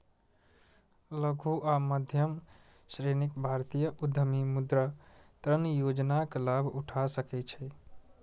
लघु आ मध्यम श्रेणीक भारतीय उद्यमी मुद्रा ऋण योजनाक लाभ उठा सकै छै